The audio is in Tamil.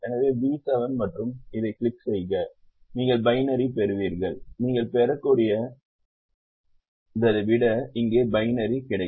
எனவே பி 7 மற்றும் இதைக் கிளிக் செய்க நீங்கள் பைனரி பெறுவீர்கள் நீங்கள் சேர்க்கக்கூடியதை விட இங்கே பைனரி கிடைக்கும்